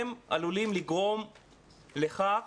הם עלולים לגרום לכך